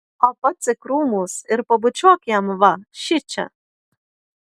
o pats į krūmus ir pabučiuok jam va šičia